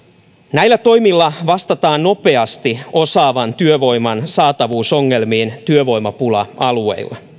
näillä toimilla vastataan nopeasti osaavan työvoiman saatavuusongelmiin työvoimapula alueilla